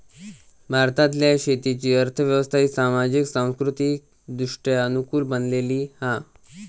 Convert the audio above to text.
भारतातल्या शेतीची अर्थ व्यवस्था ही सामाजिक, सांस्कृतिकदृष्ट्या अनुकूल बनलेली हा